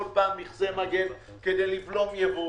כל פעם מכסי מגן כדי לבלום ייבוא.